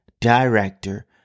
director